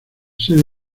sede